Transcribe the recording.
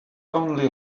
only